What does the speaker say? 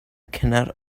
cannot